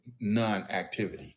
non-activity